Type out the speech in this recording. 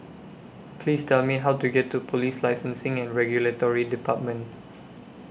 Please Tell Me How to get to Police Licensing and Regulatory department